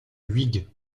huyghe